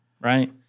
Right